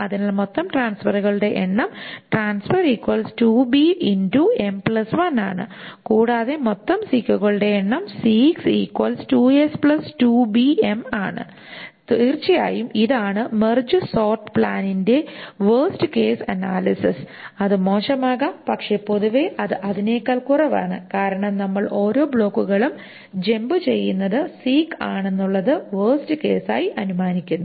അതിനാൽ മൊത്തം ട്രാൻസ്ഫെറുകളുടെ എണ്ണം ആണ് കൂടാതെ മൊത്തം സീക്കുകളുടെ എണ്ണം ആണ് തീർച്ചയായും ഇതാണ് മെർജ് സോർട് പ്ലാനിന്റെ വേഴ്സ്റ്റ് കേസ് അനാലിസിസ് അത് മോശമാകാം പക്ഷേ പൊതുവേ അത് അതിനെക്കാൾ കുറവാണ് കാരണം നമ്മൾ ഓരോ ബ്ലോക്കുകളും ജമ്പ് ചെയ്യുന്നത് സീക് ആണെന്നുള്ളത് വേഴ്സ്റ്റ് കേസ് ആയി അനുമാനിക്കുന്നു